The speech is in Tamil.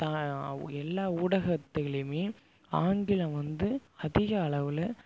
த அவ் எல்லா ஊடகத்திலுமே ஆங்கிலம் வந்து அதிக அளவில்